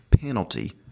penalty